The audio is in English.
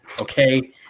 Okay